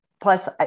plus